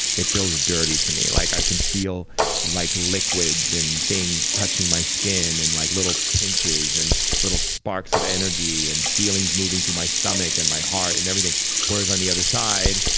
it feels dirty to me. like i can feel like liquids and things touching my skin in like little pinches and little sparks of energy, and feelings moving through my stomach and my heart, and everything whereas on the other side,